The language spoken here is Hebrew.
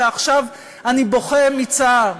ועכשיו אני בוכה מצער.